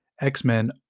X-Men